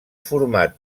format